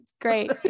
Great